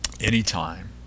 anytime